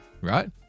Right